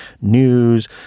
news